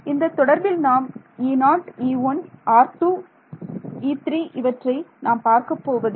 இந்த தொடர்பில் நாம் E0 E1 R2 E3 இவற்றை நாம் பார்க்கப்போவது இல்லை